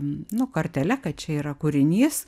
nu kortele kad čia yra kūrinys